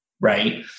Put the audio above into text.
right